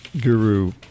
guru